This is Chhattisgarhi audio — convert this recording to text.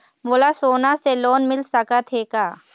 मोला सोना से लोन मिल सकत हे का?